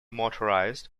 motorized